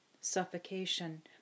Suffocation